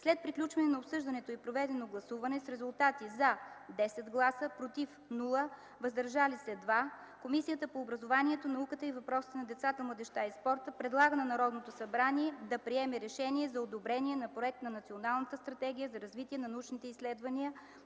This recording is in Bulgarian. След приключване на обсъждането и проведено гласуване с резултати „за” – 10 гласа, „против” – няма, „въздържали се” – 2, Комисията по образованието, науката и въпросите на децата, младежта и спорта предлага на Народното събрание да приеме решение за одобряване на Проект на Национална стратегия за развитие на научните изследвания